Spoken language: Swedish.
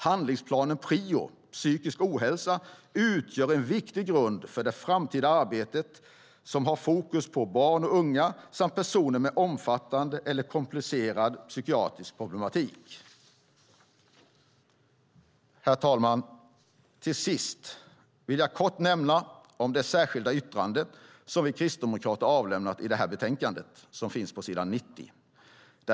Handlingsplanen PRIO psykisk ohälsa utgör en viktig grund för det framtida arbetet som har fokus på barn och unga samt personer med omfattande eller komplicerad psykiatrisk problematik. Herr talman! Till sist vill jag kort nämna det särskilda yttrande som vi kristdemokrater avlämnat i detta betänkande på s. 90.